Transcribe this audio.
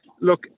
look